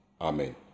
amen